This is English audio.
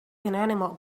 inanimate